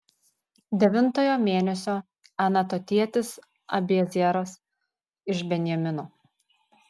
devintojo mėnesio anatotietis abiezeras iš benjamino